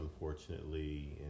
unfortunately